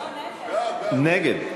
לא, נגד.